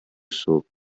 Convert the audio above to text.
صبح